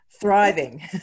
thriving